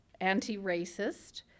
anti-racist